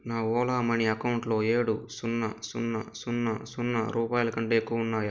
నా Ola Money అకౌంటులో ఏడు సున్నా సున్నా సున్నా సున్నా రూపాయల కంటే ఎక్కువ ఉన్నాయా